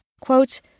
Quote